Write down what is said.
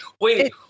Wait